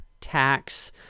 tax